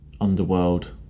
Underworld